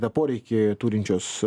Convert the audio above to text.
tą poreikį turinčios